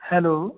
hello